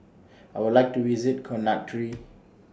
I Would like to visit Conakry